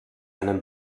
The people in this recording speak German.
einen